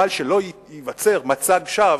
אבל שלא ייווצר מצג שווא,